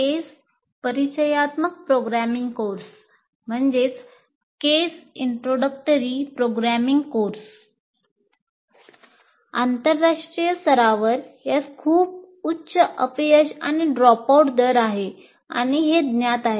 केस परिचयात्मक programming course दर आहे आणि ते ज्ञात आहे